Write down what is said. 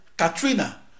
Katrina